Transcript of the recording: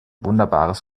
wunderbares